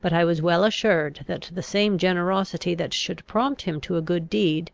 but i was well assured that the same generosity that should prompt him to a good deed,